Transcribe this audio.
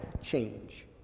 change